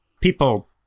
people